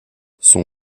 son